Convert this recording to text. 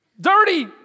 dirty